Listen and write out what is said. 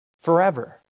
forever